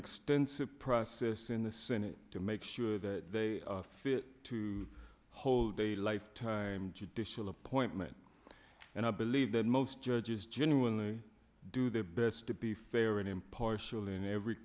extensive this in the senate to make sure that they fit to hold a lifetime judicial appointment and i believe that most judges genuinely do their best to be fair and impartial in every